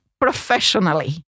professionally